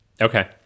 Okay